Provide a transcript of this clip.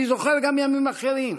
אני זוכר גם ימים אחרים,